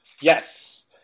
Yes